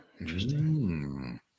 interesting